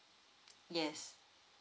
yes